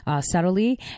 subtly